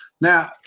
Now